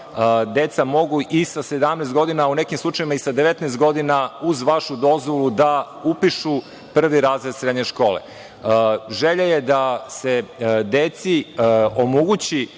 deca mogu i sa 17 godina, u nekim slučajevima sa 19 godina, uz vašu dozvolu da upišu prvi razred srednje škole. Želja je da se deci omogući